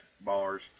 bars